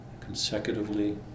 consecutively